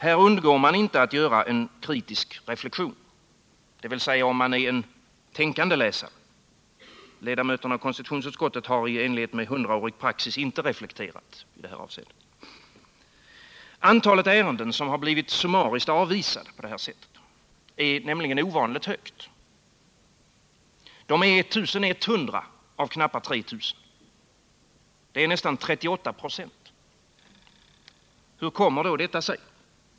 Här undgår man inte att göra en kritisk reflexion — dvs. om man är en tänkande läsare; ledamöterna av konstitutionsutskottet har i enlighet med en hundraårig praxis inte reflekterat. Antalet ärenden som har blivit summariskt avvisade på detta sätt är nämligen ovanligt högt, 1 100 av totalt knappt 3 000. Det är nästan 38 96. Hur kommer då detta sig?